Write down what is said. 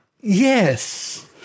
Yes